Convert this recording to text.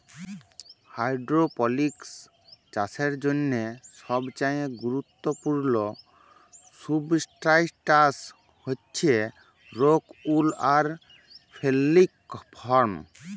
hydroponics চাষের জ্যনহে সবচাঁয়ে গুরুত্তপুর্ল সুবস্ট্রাটাস হছে রোক উল আর ফেললিক ফম